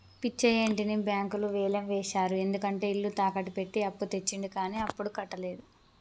పిచ్చయ్య ఇంటిని బ్యాంకులు వేలం వేశారు ఎందుకంటే ఇల్లు తాకట్టు పెట్టి అప్పు తెచ్చిండు కానీ అప్పుడు కట్టలేదు